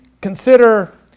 consider